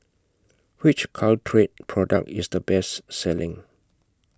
Which Caltrate Product IS The Best Selling